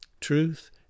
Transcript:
Truth